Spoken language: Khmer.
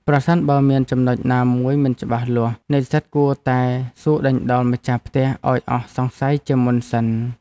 ប្រសិនបើមានចំណុចណាមួយមិនច្បាស់លាស់ និស្សិតគួរតែសួរដេញដោលម្ចាស់ផ្ទះឱ្យអស់សង្ស័យជាមុនសិន។